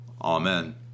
amen